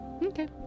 Okay